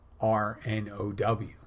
R-N-O-W